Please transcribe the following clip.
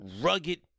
rugged